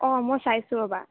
অঁ মই চাইছোঁ ৰ'বা